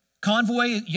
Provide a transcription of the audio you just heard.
convoy